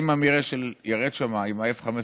אם אמיר אשל ירד שם עם ה-F-15,